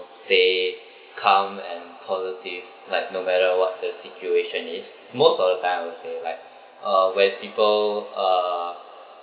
stay calm and positive like no matter what the situation is most of the time I will say like uh when people uh